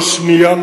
לא שנייה,